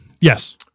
Yes